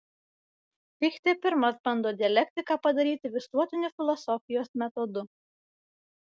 fichtė pirmas bando dialektiką padaryti visuotiniu filosofijos metodu